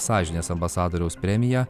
sąžinės ambasadoriaus premiją